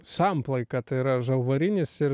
samplaika tai yra žalvarinis ir